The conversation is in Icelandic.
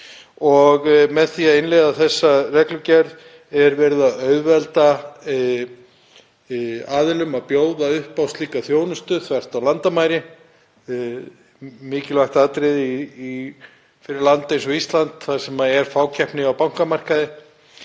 Með því að innleiða þessa reglugerð er verið að auðvelda aðilum að bjóða upp á slíka þjónustu þvert á landamæri. Það er mikilvægt atriði fyrir land eins og Ísland þar sem fákeppni ríkir á bankamarkaði.